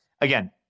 Again